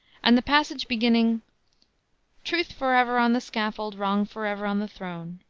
and the passage beginning truth forever on the scaffold, wrong forever on the throne,